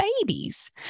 babies